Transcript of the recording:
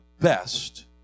best